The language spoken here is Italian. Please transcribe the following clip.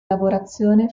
lavorazione